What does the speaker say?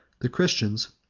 the christians,